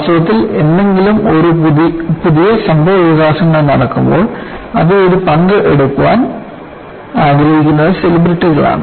വാസ്തവത്തിൽ എന്തെങ്കിലും പുതിയ സംഭവവികാസങ്ങൾ നടക്കുമ്പോൾ അതിൽ ഒരു പങ്ക് എടുക്കാൻ ആഗ്രഹിക്കുന്നത് സെലിബ്രിറ്റികളാണ്